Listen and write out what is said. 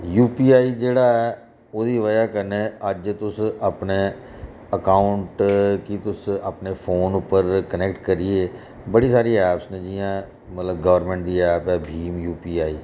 UPI जेह्ड़ा ऐ ओह्दी वजह् कन्नै अज्ज तुस अपनै अकाउंट गी तुस अपने फोन उप्पर कनैक्ट करियै बड़ी सारी ऐप्स न जि'यां मतलब गौरमैंट दी ऐप ऐ बीम यूपीआई